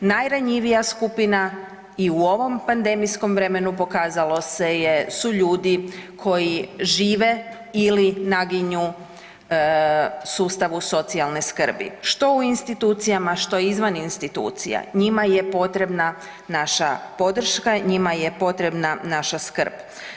Najranjivija skupina i u ovom pandemijskom vremenu pokazalo se je su ljudi koji žive ili naginju sustavu socijalne skrbi, što u institucijama, što izvan institucija, njima je potrebna naša podrška, njima je potrebna naša skrb.